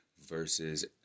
versus